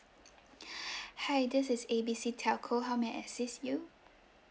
hi this is A B C telco how may I assist you